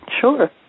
Sure